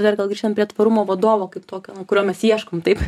dar gal grįžtant prie tvarumo vadovo kaip tokio na kurio mes ieškom taip